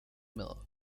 mill